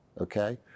Okay